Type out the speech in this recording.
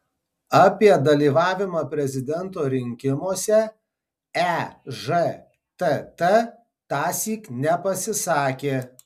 apie dalyvavimą prezidento rinkimuose ežtt tąsyk nepasisakė